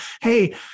hey